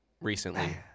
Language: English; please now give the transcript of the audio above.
recently